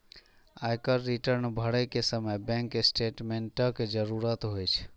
आयकर रिटर्न भरै के समय बैंक स्टेटमेंटक जरूरत होइ छै